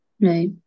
Right